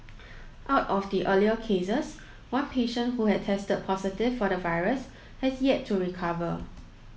out of the earlier cases one patient who had tested positive for the virus has yet to recover